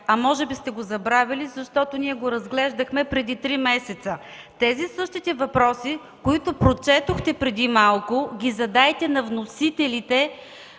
а може би сте го забравили, защото го разглеждахме преди три месеца. Тези същите въпроси, които прочетохте преди малко, ги задайте на вносителите